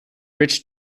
rich